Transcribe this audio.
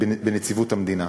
בנציבות שירות המדינה.